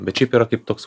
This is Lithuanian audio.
bet šiaip yra kaip toks